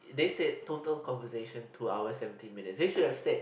they said total conversation two hours seventeen minutes they should have said